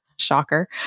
Shocker